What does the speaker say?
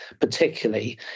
particularly